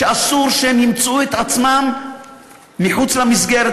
ואסור שהן ימצאו את עצמן מחוץ למסגרת.